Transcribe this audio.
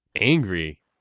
angry